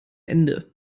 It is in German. ende